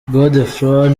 godefroid